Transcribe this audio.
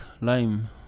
lime